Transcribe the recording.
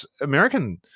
American